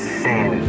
sin